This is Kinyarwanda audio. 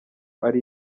ari